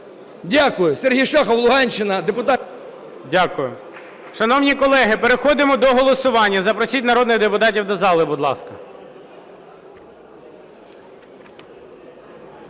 Дякую. Сергій Шахов, Луганщина… ГОЛОВУЮЧИЙ. Дякую. Шановні колеги, переходимо до голосування. Запросіть народних депутатів до зали, будь ласка.